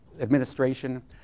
administration